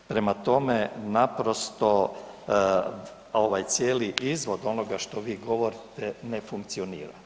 Prema tome, naprosto ovaj cijeli izvod onoga što vi govorite ne funkcionira.